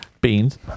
Beans